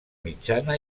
mitjana